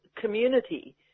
community